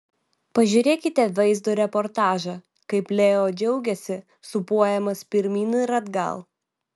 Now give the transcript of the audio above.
pažiūrėkite vaizdo reportažą kaip leo džiaugiasi sūpuojamas pirmyn ir atgal